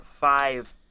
five